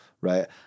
Right